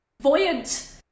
Voyant